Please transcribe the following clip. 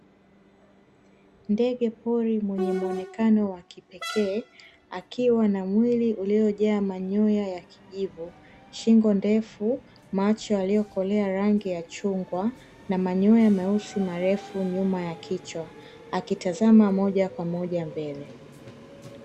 Ndege pori mwenye muonekano wa kipekee akiwa na mwili uliojaa manyoya ya kijivu, shingo ndefu, macho yaliyokolea rangi ya chungwa, na manyoya meusi marefu nyuma ya kichwa, akitazama moja kwa moja mbele.